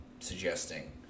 suggesting